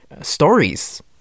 stories